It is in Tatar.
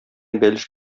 бәлеш